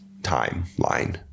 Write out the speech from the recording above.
timeline